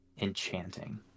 enchanting